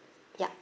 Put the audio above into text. ya